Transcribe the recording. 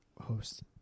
host